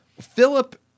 Philip